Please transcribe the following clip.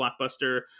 blockbuster